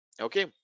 okay